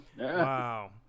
Wow